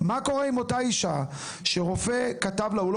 מה קורה עם אותה אישה שרופא כתב לה או לא